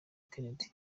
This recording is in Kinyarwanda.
kennedy